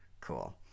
cool